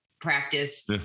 practice